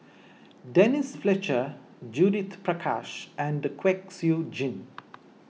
Denise Fletcher Judith Prakash and Kwek Siew Jin